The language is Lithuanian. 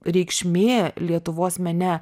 reikšmė lietuvos mene